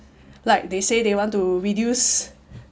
like they say they want to reduce